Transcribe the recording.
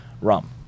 Rum